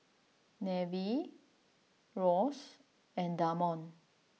Neveah Ross and Damond